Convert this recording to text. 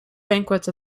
banquets